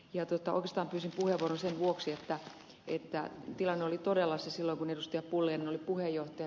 oikeastaan pyysin puheenvuoron sen vuoksi että tilanne oli todella se silloin kun ed